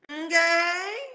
okay